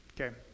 okay